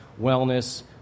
wellness